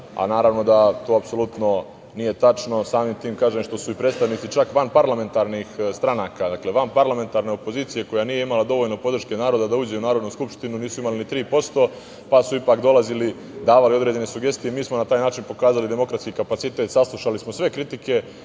a naravno da to apsolutno nije tačno samim tim što su predstavnici vanparlamentarnih stranka, dakle vanparlamentarna opozicija koja nije imala dovoljno podrške naroda da uđe u Narodnu skupštinu, nisu imali ni 3%, pa su ipak dolazili i davali određene sugestije i mi smo na taj način pokazali demokratski kapacitet. Saslušali smo sve kritike